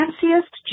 fanciest